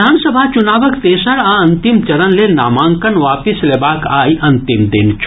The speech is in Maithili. विधानसभा चुनावक तेसर आ अंतिम चरण लेल नामांकन वापिस लेबाक आइ अंतिम दिन छल